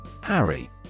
Harry